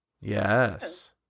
yes